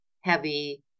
heavy